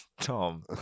Tom